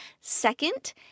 Second